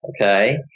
Okay